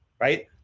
right